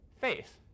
faith